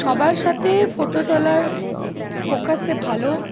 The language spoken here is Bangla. সবার সাথে ফটো তোলার ফোকাসে ভালো